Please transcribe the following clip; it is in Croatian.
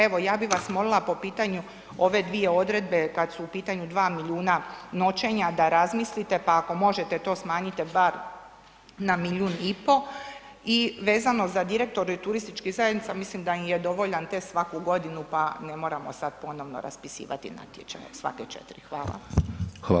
Evo ja bi vas molila po pitanju ove dvije odredbe kad su u pitanju 2 milijuna noćenja da razmislite pa ako možete to smanjite bar na 1,5 milijun i vezano za direktore turističkih zajednica mislim da im je dovoljan test svaku godinu pa ne moramo sad ponovno raspisivati natječaje svake 4. Hvala.